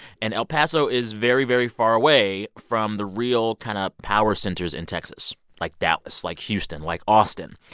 and el paso is very, very far away from the real kind of power centers in texas like dallas, like houston, like austin.